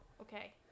okay